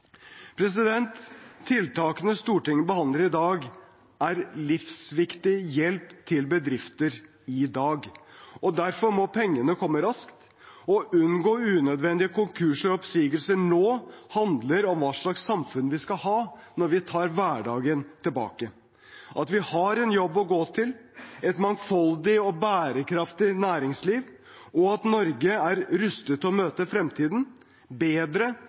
krisen. Tiltakene Stortinget behandler i dag, er livsviktig hjelp til bedrifter i dag. Derfor må pengene komme raskt. Å unngå unødvendige konkurser og oppsigelser nå handler om hva slags samfunn vi skal ha når vi tar hverdagen tilbake – at vi har en jobb å gå til, et mangfoldig og bærekraftig næringsliv, og at Norge er rustet til å møte fremtiden bedre,